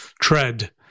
tread